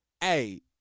hey